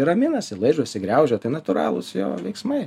raminasi laižosi griaužia tai natūralūs jo veiksmai